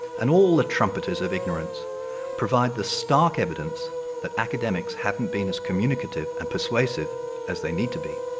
and all the trumpeters of ignorance provide the stark evidence that academics haven't been as communicative and persuasive as they need to be.